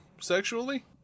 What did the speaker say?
sexually